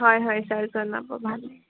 হয় হয় ছাৰ জনাব ভালেই